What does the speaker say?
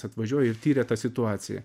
atvažiuoja ir tiria tą situaciją